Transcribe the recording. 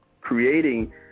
creating